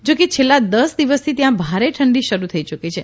જો કે છેલ્લા દસ દિવસથી ત્યાં ભારે ઠંડી શરૂ થઇ યુકી છે